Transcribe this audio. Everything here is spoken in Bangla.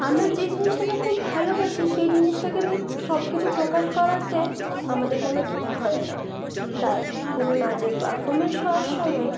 আমরা যেই জিনিসটাকে খুব ভালোবাসি সেই জিনিসটাকে নিয়ে সবকিছু প্রকাশ করাতে আমাদের কোনও দ্বিধা হয় না তাই কোনও নাচের পারফর্মেন্স হওয়ার সময়ে